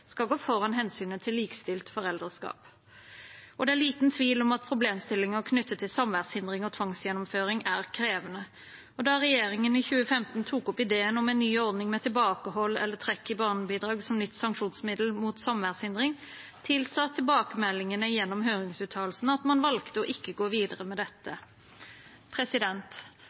skal gå foran hensynet til likestilt foreldreskap. Det er liten tvil om at problemstillinger knyttet til samværshindringer og tvangsgjennomføring er krevende. Da regjeringen i 2015 tok opp ideen om en ny ordning med tilbakehold eller trekk i barnebidrag som nytt sanksjonsmiddel mot samværshindring, tilsa tilbakemeldingene gjennom høringsuttalelsene at man valgte å ikke gå videre med dette.